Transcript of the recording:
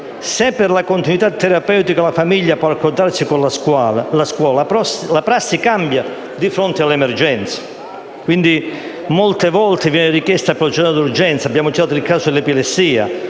Se per la continuità terapeutica una famiglia può rapportarsi con la scuola, la prassi cambia di fronte all'emergenza; molte volte viene richiesta la procedura di urgenza: abbiamo citato il caso dell'epilessia,